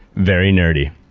very nerdy.